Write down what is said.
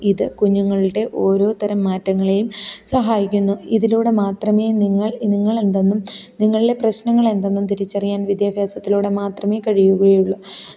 ഇത് കുഞ്ഞുങ്ങളുടെ ഓരോ തരം മാറ്റങ്ങളെയും സഹായിക്കുന്നു ഇതിലൂടെ മാത്രമേ നിങ്ങള് നിങ്ങൾ എന്തെന്നും നിങ്ങളിലെ പ്രശ്നങ്ങൾ എന്തെന്നും തിരിച്ചറിയാന് വിദ്യാഭ്യാസത്തിലൂടെ മാത്രമേ കഴിയുകയുള്ളൂ